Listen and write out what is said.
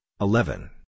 eleven